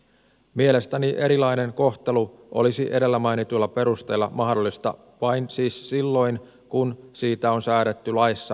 mielestäni erilainen kohtelu olisi edellä mainituilla perusteilla mahdollista vain siis silloin kun siitä on säädetty laissa erikseen